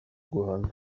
guhana